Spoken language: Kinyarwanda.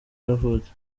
yavutse